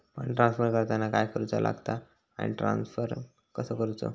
Fund transfer करताना काय करुचा लगता आनी ट्रान्स्फर कसो करूचो?